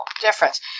difference